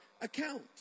account